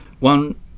One